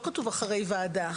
לא כתוב אחרי ועדה.